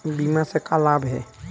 बीमा से का लाभ हे?